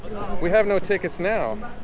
we have no tickets now,